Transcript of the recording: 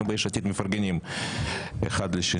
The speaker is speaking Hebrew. אנחנו ביש עתיד מפרגנים אחד לשני.